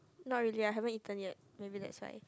not really I haven't eaten yet maybe that's why